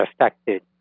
affected